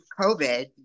COVID